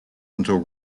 until